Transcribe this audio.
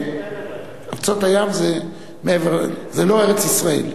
ארצות הים זה לא ארץ-ישראל.